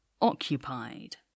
occupied